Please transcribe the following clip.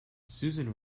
susan